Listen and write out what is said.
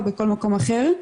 בכל מקום אחר.